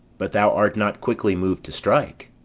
but thou art not quickly moved to strike.